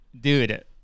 Dude